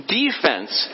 defense